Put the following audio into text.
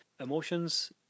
emotions